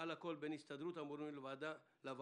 מעל הכול בין הסתדרות המורים לוועדה